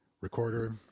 recorder